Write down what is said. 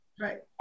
right